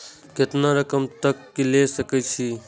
केतना रकम तक ले सके छै?